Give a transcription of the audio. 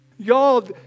Y'all